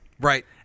Right